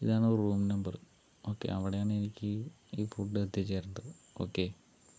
ഇതാണ് room number okay അവിടെയാണ് എനിക്ക് ഈ ഫുഡ്ഡ് എത്തിച്ച് തരേണ്ടത് ഓക്കെ